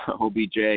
obj